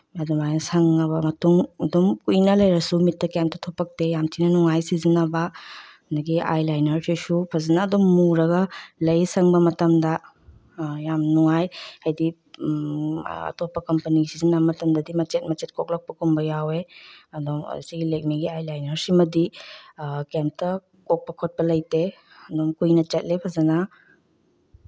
ꯑꯗꯨꯃꯥꯏꯅ ꯁꯪꯉꯕ ꯃꯇꯨꯡ ꯑꯗꯨꯝ ꯀꯨꯏꯅ ꯂꯩꯔꯁꯨ ꯃꯤꯠꯇ ꯀꯦꯝꯇ ꯊꯨꯞꯄꯛꯇꯦ ꯌꯥꯝ ꯊꯤꯅ ꯅꯨꯡꯉꯥꯏ ꯁꯤꯖꯤꯟꯅꯕ ꯑꯗꯒꯤ ꯑꯥꯏꯂꯥꯏꯅꯔꯁꯤꯁꯨ ꯐꯖꯅ ꯑꯗꯨꯝ ꯃꯨꯔꯒ ꯂꯩ ꯁꯪꯕ ꯃꯇꯝꯗ ꯌꯥꯝ ꯅꯨꯡꯉꯥꯏ ꯍꯥꯏꯗꯤ ꯑꯇꯣꯞꯄ ꯀꯝꯄꯅꯤꯒꯤ ꯁꯤꯖꯤꯟꯅꯕ ꯃꯇꯝꯗꯗꯤ ꯃꯆꯦꯠ ꯃꯆꯦꯠ ꯀꯣꯛꯂꯛꯄꯒꯨꯝꯕ ꯌꯥꯎꯋꯦ ꯑꯗꯣ ꯁꯤꯒꯤ ꯂꯦꯛꯃꯤꯒꯤ ꯑꯥꯏꯂꯥꯏꯅꯔ ꯁꯤꯃꯗꯤ ꯀꯦꯝꯇ ꯀꯣꯛꯄ ꯈꯣꯠꯄ ꯂꯩꯇꯦ ꯑꯗꯨꯝ ꯀꯨꯏꯅ ꯆꯠꯂꯦ ꯐꯖꯅ